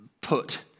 put